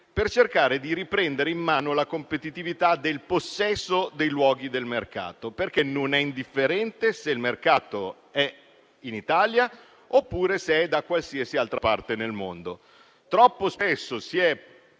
per cercare di riprendere in mano la competitività del possesso dei luoghi del mercato, perché non è indifferente se il mercato è in Italia o da qualsiasi altra parte nel mondo. Troppo spesso si è